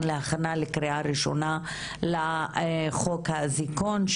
להכנה לקריאה ראשונה לחוק האזיקון,